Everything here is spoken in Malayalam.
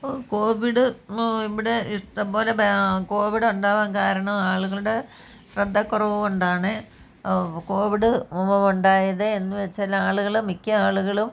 ഉ കോവിഡ് ഇവിടെ ഇഷ്ടം പോലെ ബ്യാ കോവിഡ് ഉണ്ടാകാൻ കാരണം ആളുകളുടെ ശ്രദ്ധ കുറവു കൊണ്ടാണ് കോവിഡ് ഒ ഒ ഉണ്ടായത് എന്നു വെച്ചാൽ ആളുകൾ മിക്ക ആളുകളും